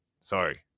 Sorry